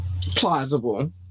plausible